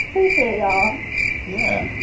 appreciate y'all yeah.